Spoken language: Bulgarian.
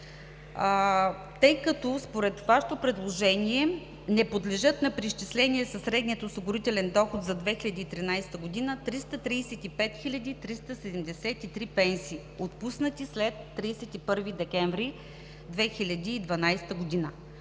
тъй като според Вашето предложение не подлежат на преизчисление със средния осигурителен доход за 2013 г. 335 хил. и 373 пенсии, отпуснати след 31 декември 2012 г.